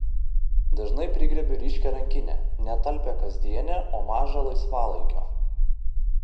dažnai prigriebiu ryškią rankinę ne talpią kasdienę o mažą laisvalaikio